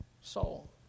soul